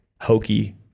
hokey